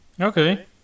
Okay